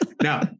Now